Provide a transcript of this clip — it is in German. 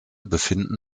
befinden